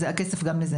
הכסף גם לזה.